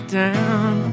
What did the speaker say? down